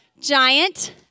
Giant